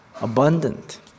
abundant